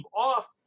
off